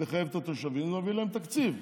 לחייב את התושבים, להביא להם תקציב.